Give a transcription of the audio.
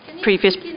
previous